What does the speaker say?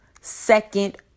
Second